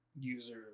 user